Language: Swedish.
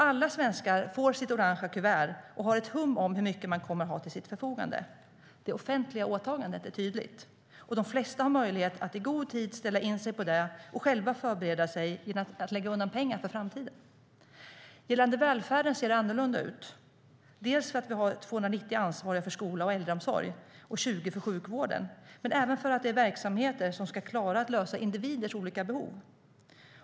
Alla svenskar får sitt orangea kuvert och har ett hum om hur mycket man kommer att ha till sitt förfogande. Det offentliga åtagandet är tydligt. Och de flesta har möjlighet att i god tid ställa in sig på det och själva förbereda sig genom att lägga undan pengar för framtiden. Gällande välfärden ser det annorlunda ut, dels för att vi har 290 ansvariga för skola och äldreomsorg och 20 för sjukvården, dels för att det är verksamheter som ska klara att lösa individers olika behov.